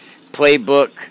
playbook